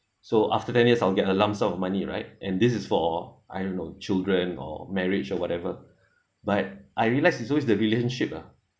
so after ten years I'll get a lump sum of money right and this is for I don't know children or marriage or whatever but I realized is always the relationship ah